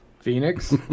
Phoenix